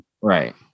Right